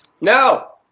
no